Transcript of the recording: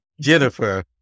Jennifer